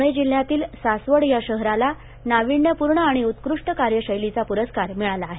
पुणे जिल्ह्यातील सासवड या शहराला नाविन्यपूर्ण आणि उत्कृष्ट कार्यशैलीचा पुरस्कार मिळाला आहे